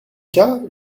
cas